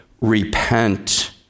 repent